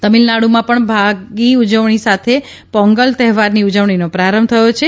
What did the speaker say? તામિલનાડમાં પણ ભાગી ઉજવણી સાથે પોંગલ તહેવારની ઉજવણીનો પ્રારંભ થયો છે